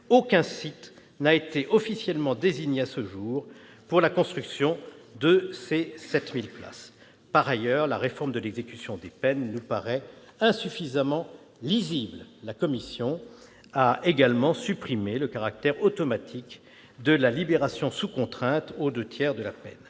aucun site n'a été officiellement désigné pour la construction de ces 7 000 places. Par ailleurs, la réforme de l'exécution des peines nous paraît insuffisamment lisible. La commission des lois a supprimé le caractère automatique de la libération sous contrainte aux deux tiers de la peine.